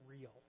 real